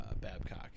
Babcock